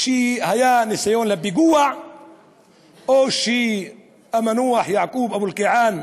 שהיה ניסיון לפיגוע ושהמנוח יעקוב אבו אלקיעאן